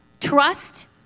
trust